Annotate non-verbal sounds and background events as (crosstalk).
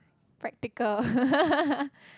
practical (laughs)